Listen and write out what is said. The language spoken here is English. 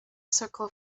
circle